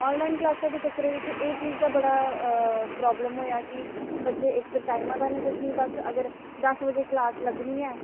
online क्लासें दे चक्करें बिच्च एह् चीज दा बड़ा प्राब्लम होएआ कि बच्चें इक ते टाइम दा निं कुछ नि बस अगर दस बजे क्लास लग्गनी ऐ